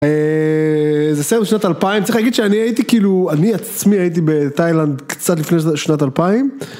זה סרט שנת 2000, צריך להגיד שאני הייתי כאילו, אני עצמי הייתי בתאילנדקצת לפני שנת 2000.